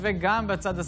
בעד,